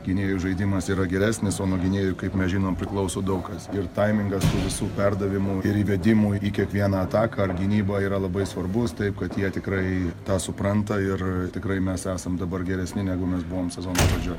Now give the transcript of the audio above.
gynėjų žaidimas yra geresnis o nuo gynėjų kaip mes žinom priklauso daug kas ir taimingas tų visų perdavimų ir įvedimų į kiekvieną ataką ar gynybą yra labai svarbus taip kad jie tikrai tą supranta ir tikrai mes esam dabar geresni negu mes buvom sezono pradžioj